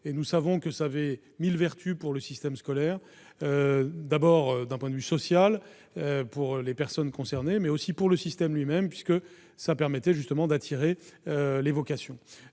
Nous savons que ces IPES avaient mille vertus pour le système scolaire, d'abord, d'un point de vue social, pour les personnes concernées, mais aussi pour le système lui-même, puisqu'ils contribuaient à encourager les vocations,